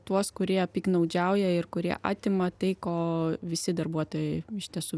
tuos kurie piktnaudžiauja ir kurie atima tai ko visi darbuotojai iš tiesų